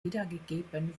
wiedergegeben